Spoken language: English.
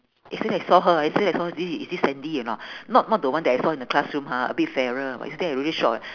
yesterday I saw her yesterday I saw her this is this sandy or not not not the one that I saw in the classroom ha a bit fairer but yesterday I really shock